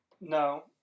No